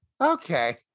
Okay